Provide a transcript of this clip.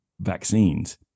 vaccines